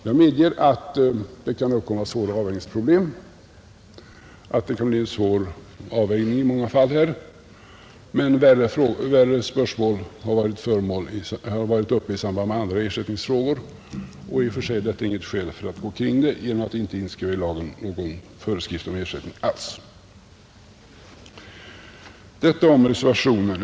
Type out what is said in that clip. Jag medger att det kan uppkomma svåra avvägningsproblem i många fall, men värre spörsmål har varit uppe i samband med andra ersättningsfrågor, och i och för sig är detta inget skäl för att gå omkring frågan och inte alls i lagen ta in någon föreskrift om ersättning. Detta om reservationen.